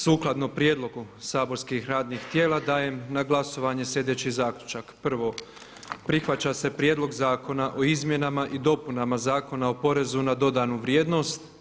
Sukladno prijedlogu saborskih radnih tijela dajem na glasovanje sljedeći Zaključak: Prvo, prihvaća se Prijedlog zakona o izmjenama i dopunama Zakona o porezu na dodanu vrijednost.